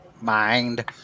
mind